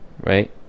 Right